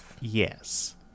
Yes